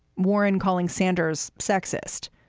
warren calling sanders sexist.